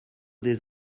des